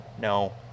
no